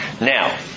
Now